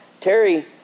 Terry